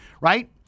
Right